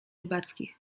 rybackich